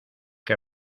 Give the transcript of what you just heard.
que